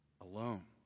alone